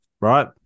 right